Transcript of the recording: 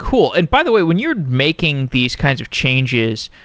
cool, and by the way when you're making these kinds of changes,